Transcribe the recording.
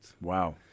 Wow